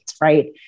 Right